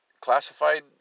classified